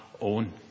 own